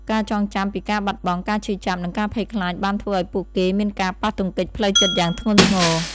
ការចងចាំពីការបាត់បង់ ការឈឺចាប់ និងការភ័យខ្លាចបានធ្វើឲ្យពួកគេមានការប៉ះទង្គិចផ្លូវចិត្តយ៉ាងធ្ងន់ធ្ងរ។